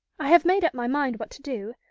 i have made up my mind what to do,